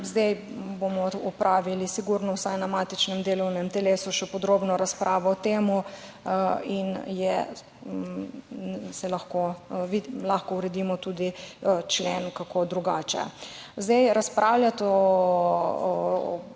bomo opravili vsaj na matičnem delovnem telesu še podrobno razpravo o tem in lahko uredimo tudi člen kako drugače. Razpravljati o